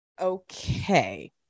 okay